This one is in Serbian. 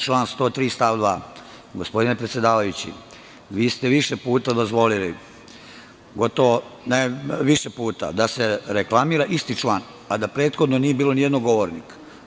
Član 103. stav 2. Gospodine predsedavajući, vi ste više puta dozvolili da se reklamira isti član, a da prethodno nije bilo ni jednog govornika.